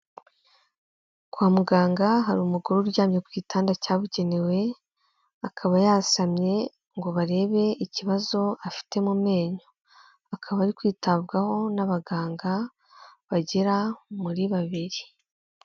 Kwa muganga hari umugore uryamye ku gitanda cyabugenewe, akaba yasamye ngo barebe ikibazo afite mu menyo. Akaba ari kwitabwaho n'abaganga bagera muri babiri.